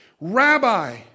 Rabbi